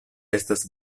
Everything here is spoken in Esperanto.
estas